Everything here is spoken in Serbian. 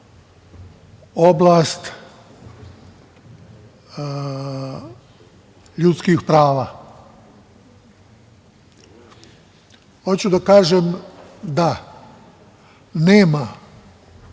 oblast ljudskih prava. Hoću da kažem da nema,